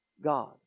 God